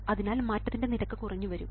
അതിനാൽ മാറ്റത്തിന്റെ നിരക്ക് കുറഞ്ഞു വരും